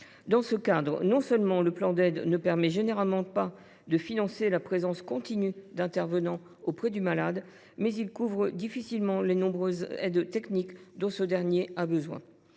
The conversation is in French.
Dans ce cadre, non seulement le plan d’aide ne permet généralement pas de financer la présence continue d’intervenants auprès du malade, mais il ne couvre que difficilement les nombreuses aides techniques dont ce dernier a besoin.